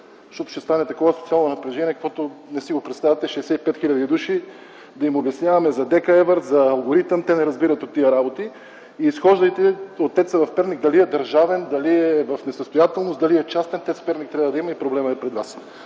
ще стане такова социално напрежение, каквото не си представяте – на 65 хил. души да им обясняваме за ДКЕВР, за алгоритъм... Те не разбират от тези работи. Изхождайте за ТЕЦ в Перник от това дали е държавен, дали е в несъстоятелност, дали е частен. ТЕЦ Перник трябва да го има и проблемът е пред Вас.